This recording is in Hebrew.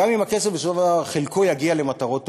גם אם הכסף, חלקו, יגיע למטרות טובות.